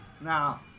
Now